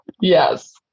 Yes